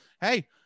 hey